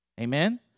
Amen